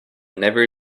never